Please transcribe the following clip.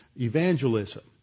evangelism